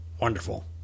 Wonderful